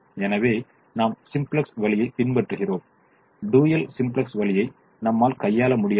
எனவே நாம் சிம்ப்ளக்ஸ் வழியைச் பின்பற்றுகிறோம் டூயல் சிம்ப்ளக்ஸ் வழியை நம்மால் கையாள முடியாது